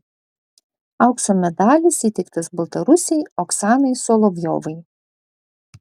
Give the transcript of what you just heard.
aukso medalis įteiktas baltarusei oksanai solovjovai